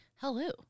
Hello